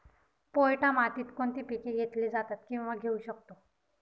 पोयटा मातीत कोणती पिके घेतली जातात, किंवा घेऊ शकतो?